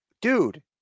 Dude